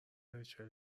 ریچل